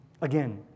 Again